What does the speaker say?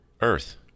Earth